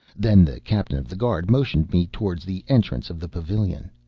then the captain of the guard motioned me towards the entrance of the pavilion.